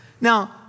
Now